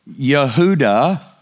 Yehuda